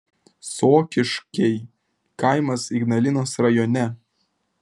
sokiškiai kaimas ignalinos rajone